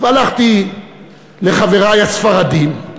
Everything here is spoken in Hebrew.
והלכתי לחברי הספרדים,